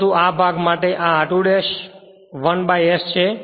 પરંતુ આ ભાગ માટે આ r2 ' 1 s છે